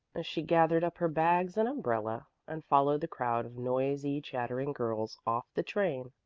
as she gathered up her bags and umbrella, and followed the crowd of noisy, chattering girls off the train.